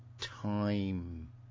time